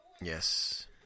Yes